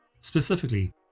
specifically